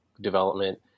development